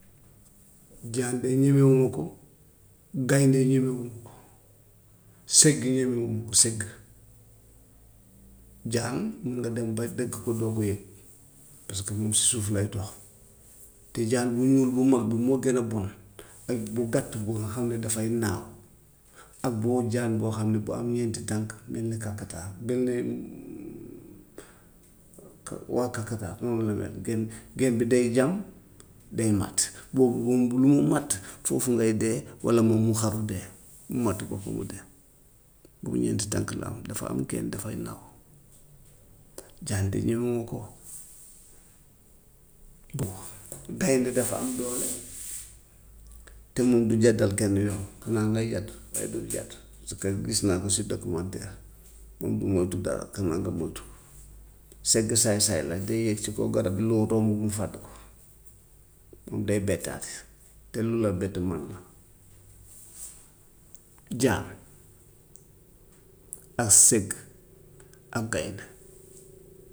Jaan de ñemewuma ko, gaynde ñemewuma ko, segg ñemewuma ko segg. Jaan mun nga dem ba dëgg ko doo ko yëg parce que moom si suuf lay dox te jaan bu ñuul bu mag bi moo gën a bon ak bu gàtt bu nga xam ne dafay naaw, ak boo jaan boo xam ne bu am ñeenti tànk mel ni kakataar mel ni ka- waaw kakataar noonu lay mel geen geen bi day jam day màtt, boobu moom bu mu la màtt foofu ngay dee walla moom mu xaru dee mu màtt boppam mu dee, boobu ñeenti tànk la am dafa am geen dafay naaw. Jaan de ñemewuma ko. bon gaynde dafa am doole te moom du jàddal kenn yoon, xanaa ngay jàdd waaye du jàdd parce que gis naa ko si documentaire moom du moytu dara xanaa nga moytu ko. Segg saay-saay la day yéeg si kaw garab lu romb mu fàdd ko, moom day bettaate te lu la bett mën la jaan ak segg ak gaynde.